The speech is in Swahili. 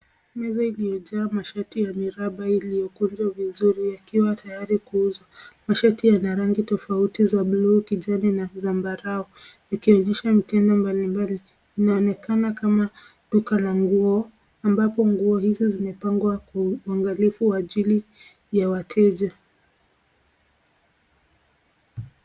Meza iliyojaa mashati ya miraba iliyokunjwa vizuri yakiwa tayari kuuzwa. Mashati yana rangi tofauti za bluu, kijani na zambarau yakionyesha mitindo mbalimbali. Inaonekana kama duka la nguo ambapo nguo hizo zimepangwa kwa uangalifu wa ajili ya wateja.